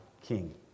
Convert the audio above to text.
King